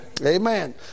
Amen